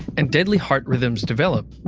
and deadly heart rhythms develop,